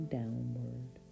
downward